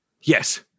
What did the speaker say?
Yes